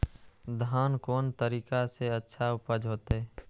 धान कोन तरीका से अच्छा उपज होते?